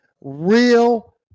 real